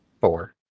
four